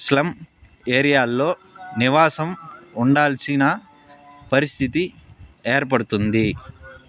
slum ఏరియాల్లో నివాసం ఉండాల్సిన పరిస్థితి ఏర్పడుతుంది